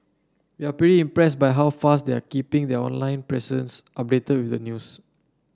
we're pretty impressed by how fast they're keeping their online presence updated with the news